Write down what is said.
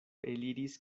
eliris